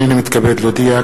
הנני מתכבד להודיע,